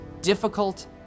difficult